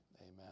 amen